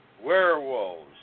werewolves